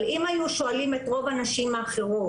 אבל אם היינו שואלים את רוב הנשים האחרות,